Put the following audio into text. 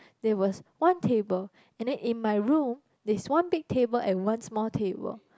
there was one table and then in my room there's one big table and one small table